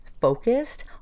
focused